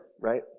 right